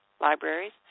libraries